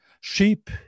sheep